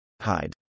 Hide